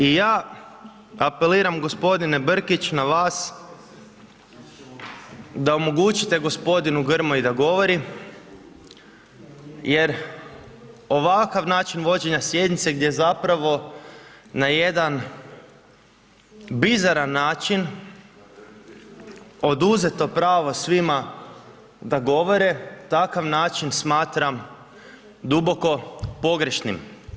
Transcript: I ja apeliram gospodine Brkić na vas da omogućite gospodinu Grmoji da govori jer ovakav način vođenja sjednice gdje zapravo na jedan bizaran način oduzeto pravo svima da govore, takav način smatram duboko pogrešnim.